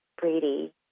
Brady